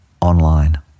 online